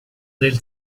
del